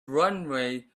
runway